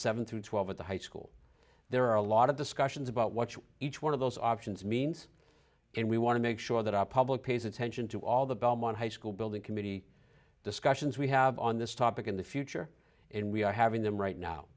seven through twelve at the high school there are a lot of discussions about what each one of those options means and we want to make sure that our public pays attention to all the belmont high school building committee discussions we have on this topic in the future and we are having them right now